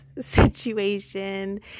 situation